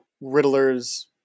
Riddler's